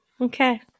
Okay